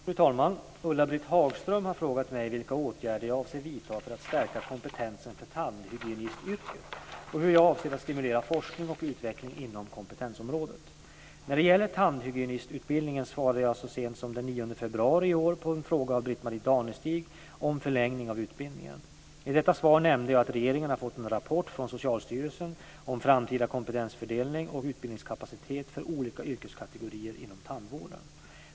Fru talman! Ulla-Britt Hagström har frågat mig vilka åtgärder jag avser vidta för att stärka kompetensen för tandhygienistyrket och hur jag avser att stimulera forskning och utveckling inom kompetensområdet. När det gäller tandhygienistutbildningen svarade jag så sent som den 9 februari i år på en fråga av I detta svar nämnde jag att regeringen har fått en rapport från Socialstyrelsen om framtida kompetensfördelning och utbildningskapacitet för olika yrkeskategorier inom tandvården.